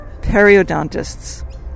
periodontists